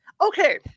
Okay